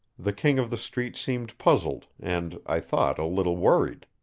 the king of the street seemed puzzled and, i thought, a little worried.